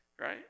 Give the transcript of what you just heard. Right